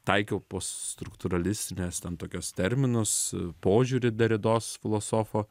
taikiau postruktūralistinės ten tokios terminus požiūrį deridos filosofo